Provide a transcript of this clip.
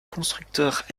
constructeurs